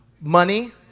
Money